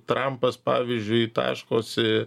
trampas pavyzdžiui taškosi